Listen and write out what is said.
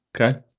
Okay